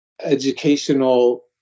educational